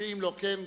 שאם לא כן,